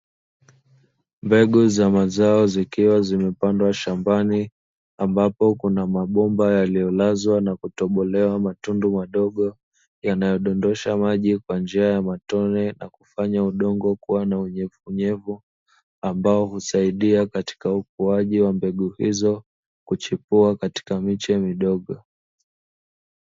Mbegu za mazao zikiwa zimepandwa shambani, ambapo kuna mabomba yaliyolazwa na kutobolewa matundu madogo yanayodondosha maji kwa njia ya matone na kufanya udongo kuwa na unyevunyevu ambao husaidia katika ukuaji wa mbegu hizo kuchipua katika miche midogo.